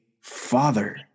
father